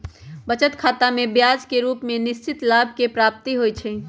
बचत खतामें ब्याज के रूप में निश्चित लाभ के प्राप्ति होइ छइ